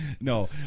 No